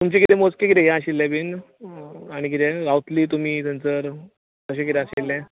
तुमचे कितें मदचें कितें हें आशिल्ले बी आनी कितें रावतलीं तुमी थंयसर अशें कितें आशिल्लें